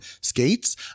skates